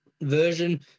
version